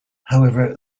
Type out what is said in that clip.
however